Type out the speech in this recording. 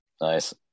Nice